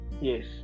yes